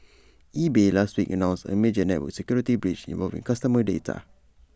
eBay last week announced A major network security breach involving customer data